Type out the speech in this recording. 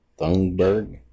Thunberg